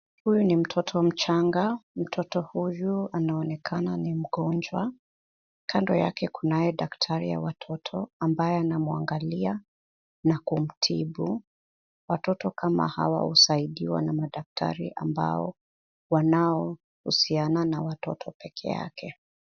Huyu ni mtoto mchanga. Mtoto huyu anaonekana ni mgonjwa. Kando yake kunaye daktari ya watoto ambaye anamwangalia na kumtibu. Watoto kama hawa husaidiwa na madaktari ambao wanaohusiana na watoto peke yake.